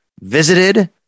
visited